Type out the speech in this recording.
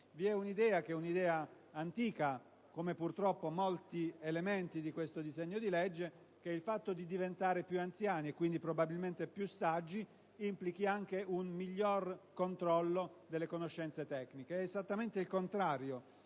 che è un'idea antica - come purtroppo lo sono molti elementi di questo disegno di legge - secondo cui il fatto di diventare più anziani, e quindi probabilmente più saggi, implichi anche un miglior controllo delle conoscenze tecniche. È esattamente il contrario.